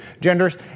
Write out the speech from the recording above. genders